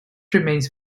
remains